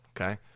Okay